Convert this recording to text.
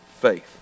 faith